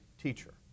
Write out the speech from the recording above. teacher